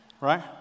right